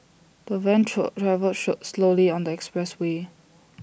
the van travel should slowly on the expressway